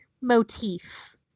motif